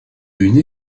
une